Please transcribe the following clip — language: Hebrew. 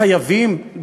חייבים,